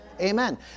amen